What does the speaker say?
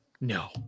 No